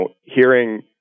hearing